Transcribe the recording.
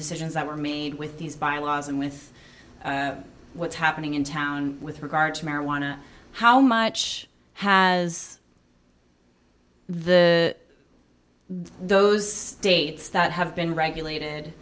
decisions that were made with these via laws and with what's happening in town with regard to marijuana how much has the those states that have been regulated